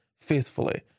faithfully